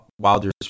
Wilder's